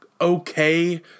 okay